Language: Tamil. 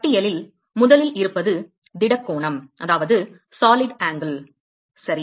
பட்டியலில் முதலில் இருப்பது திட கோணம் சரி